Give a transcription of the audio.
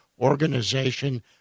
organization